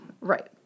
Right